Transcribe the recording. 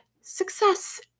Success